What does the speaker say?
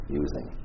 using